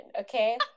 okay